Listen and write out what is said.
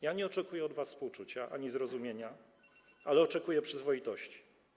Ja nie oczekuję od was współczucia ani zrozumienia, ale oczekuję przyzwoitości.